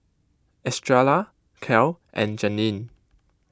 Estrella Cal and Janene